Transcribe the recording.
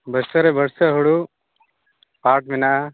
ᱵᱟᱹᱲᱥᱟᱹ ᱨᱮ ᱵᱟᱹᱲᱥᱟᱹ ᱦᱩᱲᱩ ᱯᱟᱴ ᱢᱮᱱᱟᱜᱼᱟ